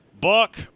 Buck